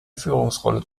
führungsrolle